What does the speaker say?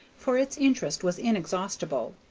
for its interest was inexhaustible,